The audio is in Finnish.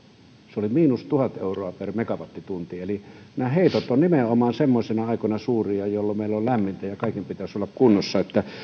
se oli miinus tuhat euroa per megawattitunti eli nämä heitot ovat suuria nimenomaan semmoisina aikoina jolloin meillä on lämmintä ja kaiken pitäisi olla kunnossa